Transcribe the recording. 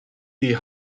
die